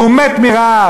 והוא מת מרעב.